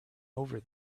over